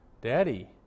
Daddy